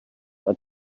are